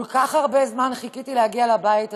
כל כך הרבה זמן חיכיתי להגיע לבית הזה,